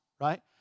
right